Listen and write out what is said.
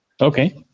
Okay